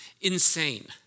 insane